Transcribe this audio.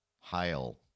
Hail